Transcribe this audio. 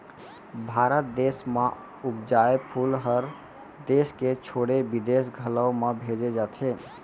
भारत देस म उपजाए फूल हर देस के छोड़े बिदेस घलौ म भेजे जाथे